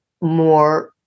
more